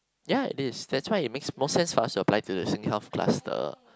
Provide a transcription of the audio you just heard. ya it is that's why it makes more sense plus you apply to the SingHealth faster